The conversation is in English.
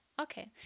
okay